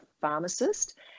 pharmacist